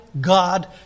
God